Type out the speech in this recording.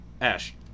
Ash